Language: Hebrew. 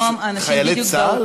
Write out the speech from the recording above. חיילי צה"ל?